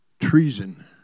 treason